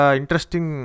interesting